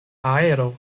aero